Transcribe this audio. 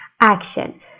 action